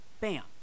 Bam